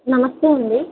నమస్తే అండి